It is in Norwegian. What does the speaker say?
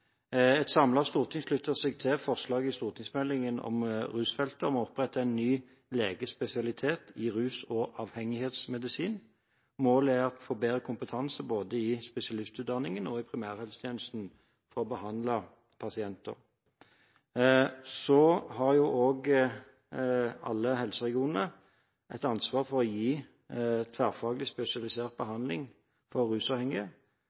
Et samlet storting slutter seg til forslaget i forbindelse med stortingsmeldingen om rusfeltet om å opprette en ny legespesialitet i rus- og avhengighetsmedisin. Målet er å få bedre kompetanse både i spesialistutdanningen og i primærhelsetjenesten for å behandle pasienter. Så har alle helseregionene et ansvar for å gi tverrfaglig spesialisert behandling for rusavhengige